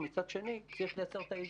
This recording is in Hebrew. מצד שני יש לייצר את האיזון.